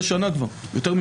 זה כבר יותר משנה.